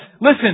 listen